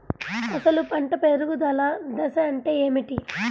అసలు పంట పెరుగుదల దశ అంటే ఏమిటి?